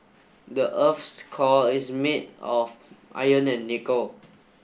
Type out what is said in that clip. the earth's core is made of iron and nickel